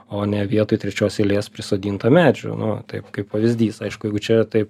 o ne vietoj trečios eilės prisodinta medžių nu taip kaip pavyzdys aišku jeigu čia taip